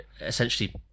essentially